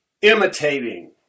imitating